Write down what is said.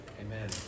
Amen